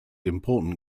important